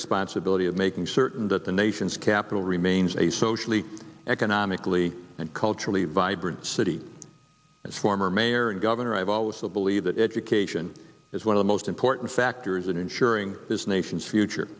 responsibility of making certain that the nation's capital remains a socially economically and culturally vibrant city its former mayor and governor i've always will believe that education is one of the most important factors in ensuring this nation's future